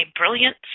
brilliant